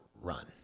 run